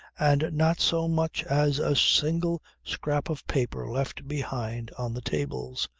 and not so much as a single scrap of paper left behind on the tables.